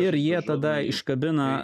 ir jie tada iškabina